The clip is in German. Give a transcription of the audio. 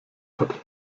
hat